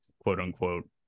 quote-unquote